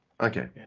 okay